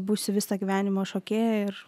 būsiu visą gyvenimą šokėja ir